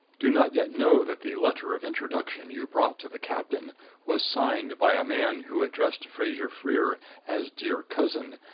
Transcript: do not yet know that the letter of introduction you brought to the captain was signed by a man who addressed fraser-freer as dear cousin,